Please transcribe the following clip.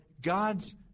God's